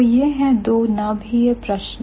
तो यह हैं दो नाभीय प्रश्न